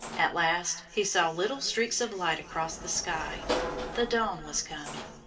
at last he saw little streaks of light across the sky the dawn was coming.